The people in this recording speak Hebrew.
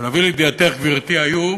להביא לידיעתך, גברתי, היו